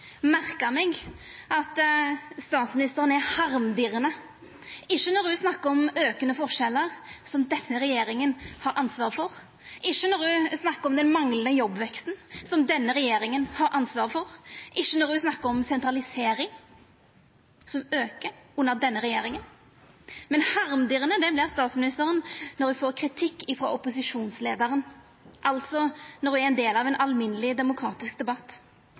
merka meg at ho er harmdirrande – ikkje når ho snakkar om aukande forskjellar, som denne regjeringa har ansvar for, ikkje når ho snakkar om den manglande jobbveksten, som denne regjeringa har ansvar for, og ikkje når ho snakkar om sentralisering, som aukar under denne regjeringa, men statsministeren vert harmdirrande når ho får kritikk frå opposisjonsleiaren, altså når ho er ein del av ein alminneleg demokratisk debatt.